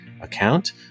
account